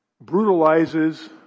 brutalizes